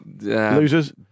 losers